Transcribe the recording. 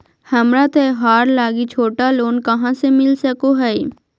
हमरा त्योहार लागि छोटा लोन कहाँ से मिल सको हइ?